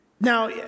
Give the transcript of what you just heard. Now